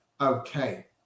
okay